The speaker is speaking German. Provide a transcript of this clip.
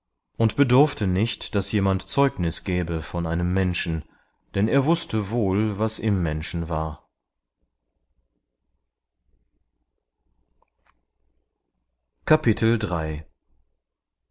und bedurfte nicht daß jemand zeugnis gäbe von einem menschen denn er wußte wohl was im menschen war